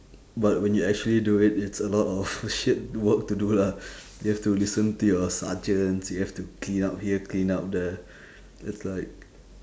but when you actually do it it's a lot of shit work to do lah you have to listen to your sergeants you have to clean up here clean up there it's like